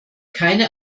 keine